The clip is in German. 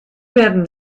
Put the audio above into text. werden